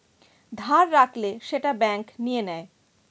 ধার রাখলে সেটা ব্যাঙ্ক নিয়ে নেয়